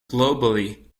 globally